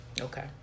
Okay